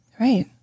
right